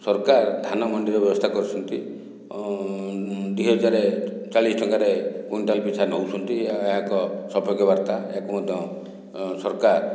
ସରକାର ଧାନମଣ୍ଡିର ବ୍ୟବସ୍ଥା କରିଛନ୍ତି ଦୁଇ ହଜାର ଚାଳିଶ ଟଙ୍କାରେ କୁଇଣ୍ଟାଲ ପିଛା ନେଉଛନ୍ତି ଏହା ଏକ ସୌଭାଗ୍ୟବାର୍ତ୍ତା ଏହାକୁ ମଧ୍ୟ ସରକାର